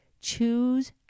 choose